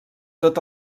tot